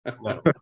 No